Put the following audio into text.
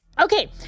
Okay